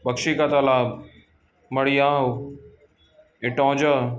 Bakshi ka Talab Mariyaon Itaunja